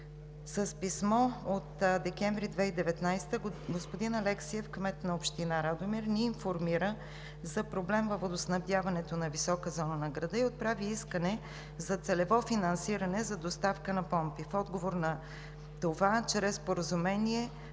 С писмо от декември 2019 г. господин Алексиев – кмет на община Радомир, ни информира за проблем във водоснабдяването на висока зона на града и отправи искане за целево финансиране за доставка на помпи. В отговор на това, чрез Споразумение,